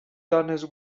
dones